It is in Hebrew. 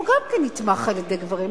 הוא גם נתמך על-ידי גברים,